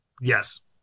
Yes